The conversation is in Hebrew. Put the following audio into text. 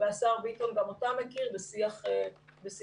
והשר ביטון גם אותם מכיר בשיח איתנו.